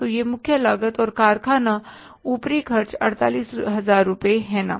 तो यह मुख्य लागत और कारखाना ऊपरी खर्च 48000 रुपये हैं है ना